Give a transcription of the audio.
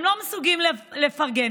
הם לא מסוגלים לפרגן.